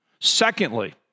Secondly